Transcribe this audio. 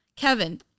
Kevin